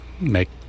make